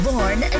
Born